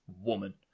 woman